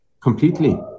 Completely